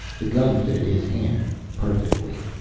the gun fitted his hand perfectly.